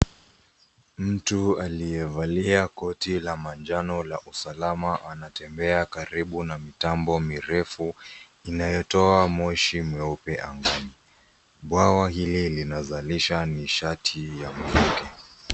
Mtu aliyevalia koti la manjano la usalama anatembea karibu na mitambo mirefu inayotoa moshi mweupe angani. Bwawa hili linazalisha nishati ya mwanamke.